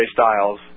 Styles